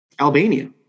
Albania